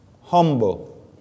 humble